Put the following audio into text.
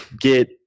get